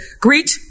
greet